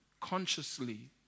consciously